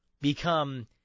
become